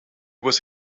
was